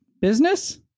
business